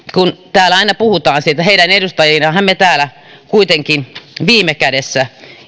täällä aina puhutaan siitä että heidän edustajinahan ja heidän mandaatillaan me täällä kuitenkin viime kädessä